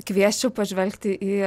kviesčiau pažvelgti į